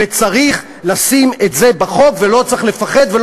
וצריך לשים את זה בחוק ולא צריך לפחוד ולא